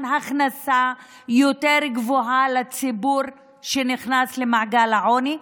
הכנסה יותר גבוהה לציבור שנכנס למעגל העוני,